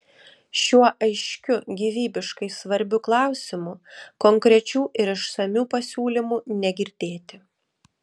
šiuo aiškiu gyvybiškai svarbiu klausimu konkrečių ir išsamių pasiūlymų negirdėti